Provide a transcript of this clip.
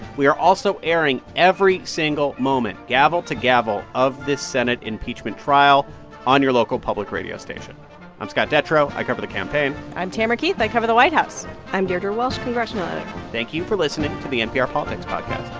we are also airing every single moment, gavel to gavel of this senate impeachment trial on your local public radio station i'm scott detrow. i cover the campaign i'm tamara keith. i cover the white house i'm deirdre walsh, congressional editor thank you for listening to the npr politics podcast